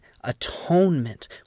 atonement